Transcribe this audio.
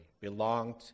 belonged